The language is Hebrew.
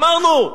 אמרנו: